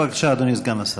בבקשה, אדוני סגן השר.